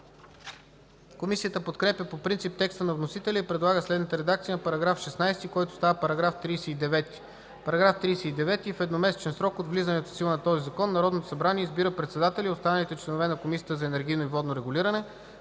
Комисията подкрепя по принцип текста на вносителя и предлага следната редакция на § 16, който става § 39: „§ 39. В едномесечен срок от влизането в сила на този закон Народното събрание избира председателя и останалите членове на Комисията за енергийно и водно регулиране.